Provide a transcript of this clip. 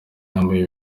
yambaye